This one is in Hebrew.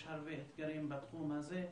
יש הרבה אתגרים בתחום הזה,